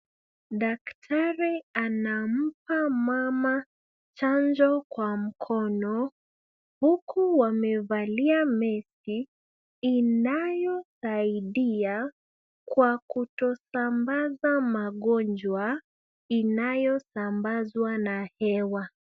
Daktari anampa mama chanjo kwa mkono, huku wamevalia maski inayosaidia kwa kutosambaza magonjwa inayosambazwa na hewa.